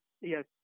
Yes